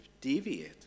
deviate